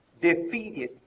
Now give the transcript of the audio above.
defeated